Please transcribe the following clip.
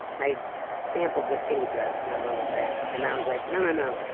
i sampled the pity drug for a little bit, and i was like no, no no,